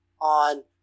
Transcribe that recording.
on